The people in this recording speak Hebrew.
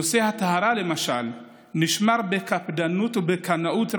נושא הטהרה, למשל, נשמר בקפדנות ובקנאות רבה.